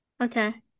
Okay